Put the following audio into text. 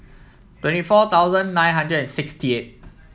twenty four thousand nine hundred and sixty eight